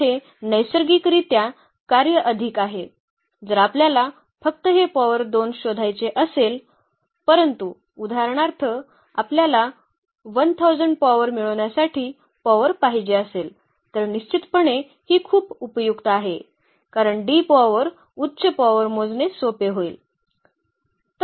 तर येथे नैसर्गिकरित्या कार्य अधिक आहे जर आपल्याला फक्त हे पॉवर 2 शोधायचे असेल परंतु उदाहरणार्थ आपल्याला 1000 पॉवर मिळविण्यासाठी पॉवर पाहिजे असेल तर निश्चितपणे ही खूप उपयुक्त आहे कारण D पॉवर उच्च पॉवर मोजणे सोपे होईल